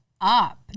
up